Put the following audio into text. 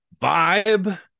vibe